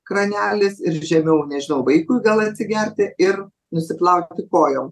kranelis ir žemiau nežinau vaikui gal atsigerti ir nusiplauti kojom